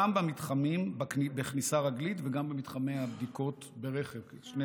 גם במתחמים בכניסה רגלית וגם במתחמי הבדיקות ברכב.